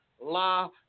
la